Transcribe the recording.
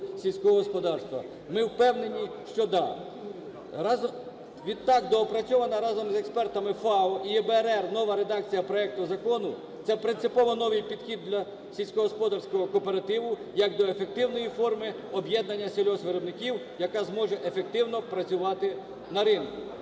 сільського господарства? Ми впевнені, що да. Відтак, доопрацьована разом з експертами FAO і ЄБРР нова редакція проекту закону. Це принципово новий підхід до сільськогосподарського кооперативу як до ефективної форми об'єднання сільгоспвиробників, яка зможе ефективно працювати на ринку.